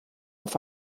auf